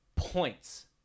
Points